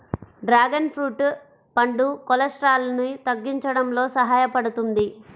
dragon fruit పండు కొలెస్ట్రాల్ను తగ్గించడంలో సహాయపడుతుంది